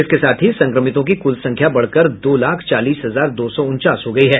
इसके साथ ही संक्रमितों की कुल संख्या बढ़कर दो लाख चालीस हजार दो सौ उनचास हो गयी है